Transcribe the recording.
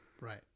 Right